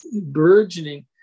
burgeoning